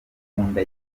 kunda